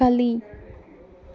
ಕಲಿ